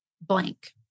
blank